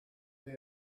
they